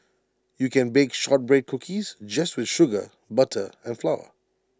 you can bake Shortbread Cookies just with sugar butter and flour